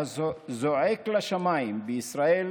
והזועק לשמיים בישראל